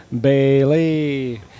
Bailey